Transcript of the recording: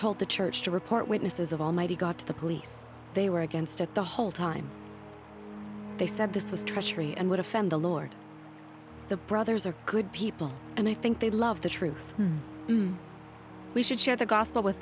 told the church to report witnesses of almighty god to the police they were against it the whole time they said this was treachery and would offend the lord the brothers are good people and i think they love the truth we should share the gospel with